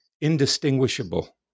indistinguishable